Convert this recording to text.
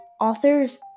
authors